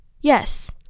yes